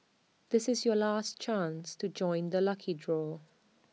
this is your last chance to join the lucky draw